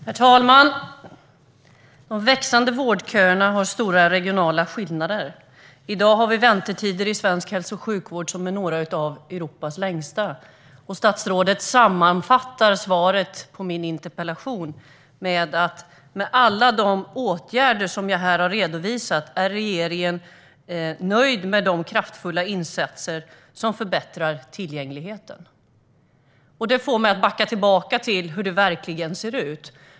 Herr talman! Det är stora regionala skillnader när det gäller de växande vårdköerna. I dag har vi väntetider i svensk hälso och sjukvård som är några av Europas längsta. Statsrådet sammanfattar svaret på min interpellation med att säga att regeringen med alla de åtgärder som här har redovisats är nöjd med de kraftfulla insatser som förbättrar tillgängligheten. Detta får mig att backa tillbaka till hur det verkligen ser ut.